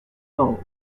vingt